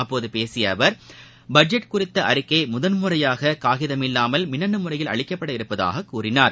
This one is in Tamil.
அப்போது பேசிய அவர் பட்ஜெட் குறித்த அறிக்கை முதன்முறையாக காகிதமில்லாமல் மின்னனு முறையில் அளிக்கப்பட இருப்பதாகக் கூறினார்